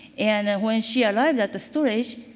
and when she arrived at the storage,